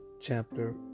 chapter